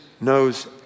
knows